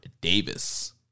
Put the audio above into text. Davis